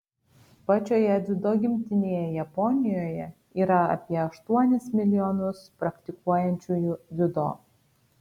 pačioje dziudo gimtinėje japonijoje yra apie aštuonis milijonus praktikuojančiųjų dziudo